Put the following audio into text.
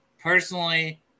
personally